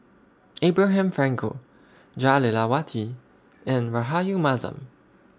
Abraham Frankel Jah Lelawati and Rahayu Mahzam